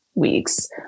weeks